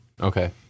okay